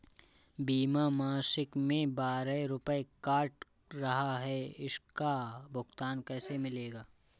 बीमा मासिक में बारह रुपय काट रहा है इसका भुगतान कैसे मिलेगा?